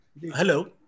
hello